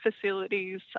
facilities